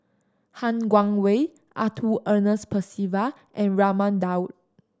Han Guangwei Arthur Ernest Percival and Raman Daud